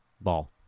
Ball